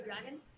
dragon